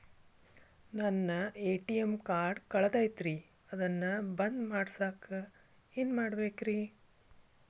ನನ್ನ ATM card ಕಳದೈತ್ರಿ ಅದನ್ನ ಬಂದ್ ಮಾಡಸಾಕ್ ಏನ್ ಮಾಡ್ಬೇಕ್ರಿ?